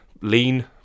lean